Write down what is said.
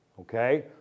Okay